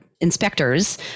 inspectors